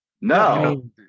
no